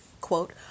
quote